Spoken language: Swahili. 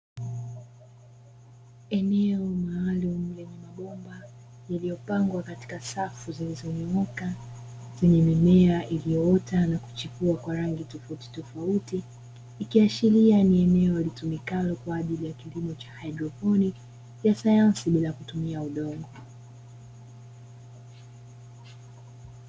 Eneo maalumu lenye mabomba yopangwa katika safu zilizonyooka, kwenye mimea iliyoota na kuchipua kwa rangi tofautitofauti, ikiashiria ni eneo litumikalo kwa ajili ya kilimo cha haidroponi ya sayansi bila kutumia udongo.